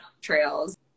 trails